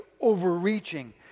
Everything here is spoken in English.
overreaching